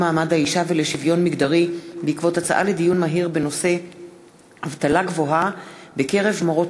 התרבות והספורט בעקבות דיון מהיר בהצעתה של חברת